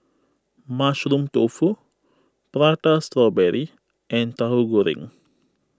Mushroom Tofu Prata Strawberry and Tahu Goreng